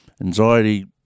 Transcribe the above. Anxiety